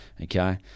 okay